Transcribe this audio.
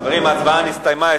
חברים, ההצבעה נסתיימה.